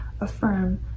affirm